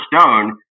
Stone